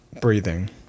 breathing